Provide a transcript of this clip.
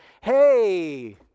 hey